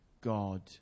god